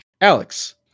Alex